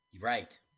Right